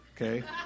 Okay